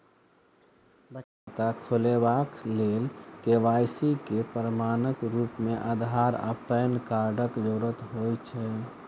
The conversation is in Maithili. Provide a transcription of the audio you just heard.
बचत खाता खोलेबाक लेल के.वाई.सी केँ प्रमाणक रूप मेँ अधार आ पैन कार्डक जरूरत होइ छै